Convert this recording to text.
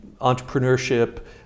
entrepreneurship